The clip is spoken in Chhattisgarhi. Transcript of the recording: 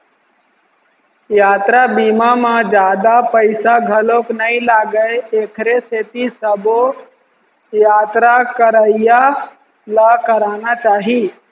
यातरा बीमा म जादा पइसा घलोक नइ लागय एखरे सेती सबो यातरा करइया ल कराना चाही